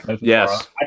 Yes